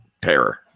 terror